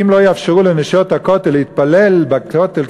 אם לא יאפשרו ל"נשות הכותל" להתפלל בכותל,